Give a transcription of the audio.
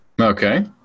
Okay